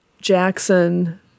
Jackson